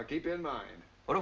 i keep in mind that